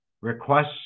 requests